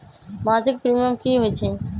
मासिक प्रीमियम की होई छई?